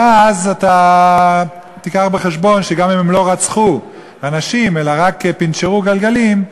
ואז אתה תיקח בחשבון שגם אם הם לא רצחו אנשים אלא רק פנצ'רו גלגלים,